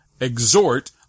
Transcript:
exhort